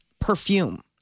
perfume